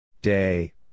Day